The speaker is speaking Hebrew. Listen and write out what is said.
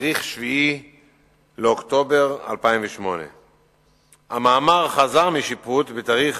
בתאריך 7 באוקטובר 2008. המאמר חזר משיפוט בתאריך